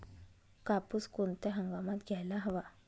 कापूस कोणत्या हंगामात घ्यायला हवा?